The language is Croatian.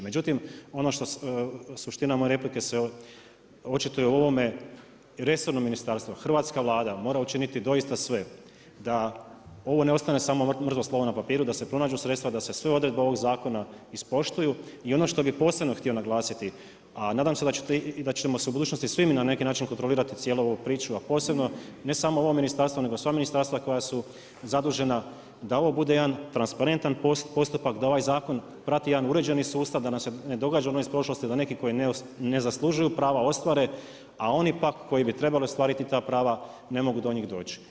Međutim, suština moja replike se očituje o ovome resorno ministarstvo, hrvatska Vlada mora učiniti doista sve da ovo ne ostane samo mrtvo slovo na papiru, da se pronađu sredstva, da se sve odredbe ovog zakona ispoštuju i ono što bi posebno htio naglasiti, a nadam se da ćemo u budućnosti svi mi na neki način kontrolirati cijelu ovu priču a posebno ne samo ovo ministarstvo nego sva ministarstva koja su zadužena da ovo bude jedna transparentan postupak, da ovaj zakon prati jedan uređeni sustav, da nam se ne događa ono iz prošlosti da neki koji ne zaslužuju prava ostvare, a oni pak koji bi trebali ostvariti ta prava, ne mogu do njih doći.